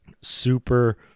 Super